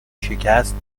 شکست